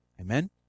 Amen